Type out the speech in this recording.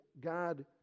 God